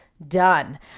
done